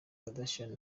kardashian